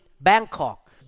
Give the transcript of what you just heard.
Bangkok